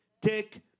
Take